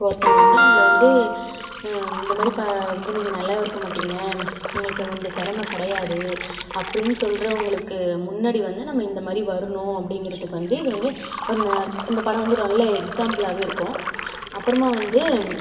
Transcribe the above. ஒருத்தவங்க வந்து இந்த மாரி ப வந்து நீங்கள் நல்லாவே இருக்க மாட்டீங்க உங்களுக்கு வந்து திறம கிடையாது அப்படின் சொல்றவங்களுக்கு முன்னடி வந்து நம்ம இந்த மாரி வரணும் அப்படிங்கறதுக்கு வந்து இது வந்து உன்ன இந்த படம் வந்து ஒரு நல்ல எக்ஸாம்புலாகவே இருக்கும் அப்பறமாக வந்து